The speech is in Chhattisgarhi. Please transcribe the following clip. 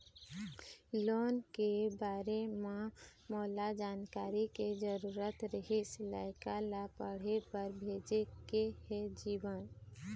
लोन के बारे म मोला जानकारी के जरूरत रीहिस, लइका ला पढ़े बार भेजे के हे जीवन